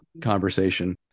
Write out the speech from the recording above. conversation